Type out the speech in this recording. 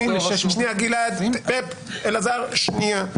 גלעד, אלעזר, שנייה.